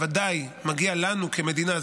בוודאי מגיע לנו כמדינה,